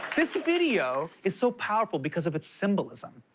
this video is so powerful because of its symbolism.